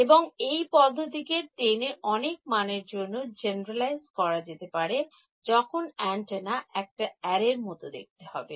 এবং এই পদ্ধতিকে টেনের অনেক মানের জন্য generalize করা যেতে পারে যখন অ্যান্টেনা একটা Array এর মত দেখতে হবে